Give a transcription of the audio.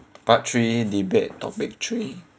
part three debate topic three